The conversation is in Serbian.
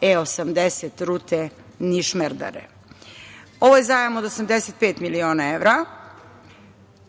E-80 rute Niš-Merdare. Ovo je zajam od 85 miliona evra,